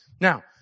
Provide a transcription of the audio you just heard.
Now